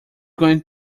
going